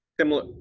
similar